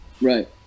Right